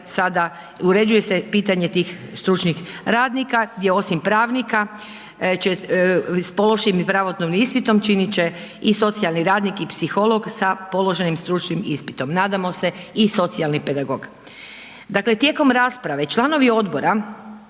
sada, uređuje se pitanje tih stručnih radnika, gdje osim pravnika, će s položenim pravosudnim ispitom, činit će i socijalni radnik i psiholog sa položenim stručnim ispitom. Nadamo se i socijalni pedagog. Dakle, tijekom rasprave, članovi odbora